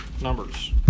Numbers